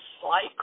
slight